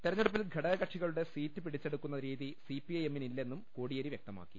തെരഞ്ഞെടുപ്പിൽ ഘടകക്ഷികളുടെ സീറ്റ് പിടിച്ചെടുക്കുന്ന രീതി സിപിഐഎമ്മിനില്ലെന്നും കോടിയേരി വ്യക്തമാക്കി